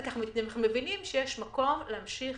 אנחנו מבינים שיש מקום להמשיך להעלות את הקצבה.